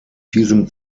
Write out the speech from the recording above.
diesem